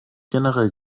generell